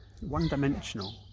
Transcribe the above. one-dimensional